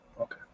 Okay